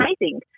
amazing